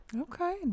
Okay